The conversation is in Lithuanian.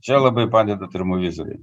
čia labai padeda termovizoriai